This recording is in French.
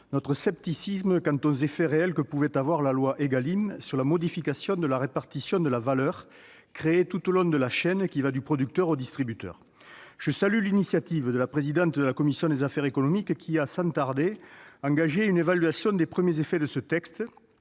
notre scepticisme quant aux effets réels que pouvait avoir la loi Égalim sur la modification de la répartition de la valeur créée tout au long de la chaîne, qui va du producteur au distributeur. Je salue l'initiative de la présidente de la commission des affaires économiques qui a, sans tarder, engagé une évaluation des premiers effets de ce texte